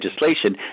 legislation